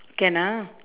can ah